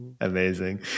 Amazing